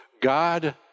God